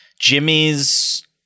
jimmy's